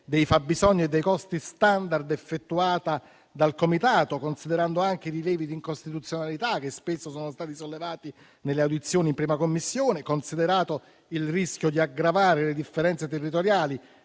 dei fabbisogni e dei costi *standard* effettuata dal comitato, considerando anche i rilievi di incostituzionalità che spesso sono stati sollevati nelle audizioni in 1a Commissione, considerato il rischio di aggravare le differenze territoriali,